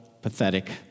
pathetic